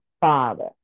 father